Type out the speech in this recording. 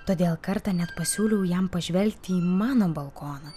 todėl kartą net pasiūliau jam pažvelgti į mano balkoną